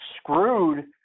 screwed